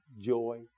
joy